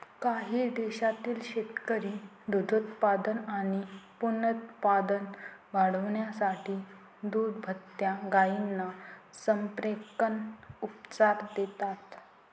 काही देशांतील शेतकरी दुग्धोत्पादन आणि पुनरुत्पादन वाढवण्यासाठी दुभत्या गायींना संप्रेरक उपचार देतात